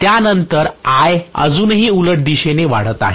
त्यानंतर I अजूनही उलट दिशेने वाढत आहे